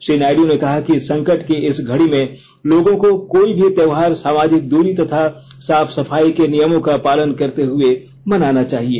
श्री नायडू ने कहा कि संकट की इस घड़ी में लोगों को कोई भी त्यौहार सामाजिक दूरी तथा साफ सफाई के नियमों का पालन करते हुए मनाना चाहिए